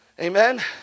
Amen